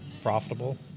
profitable